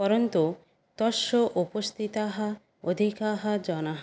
परन्तु तस्य उपस्थिताः अधिकाः जनाः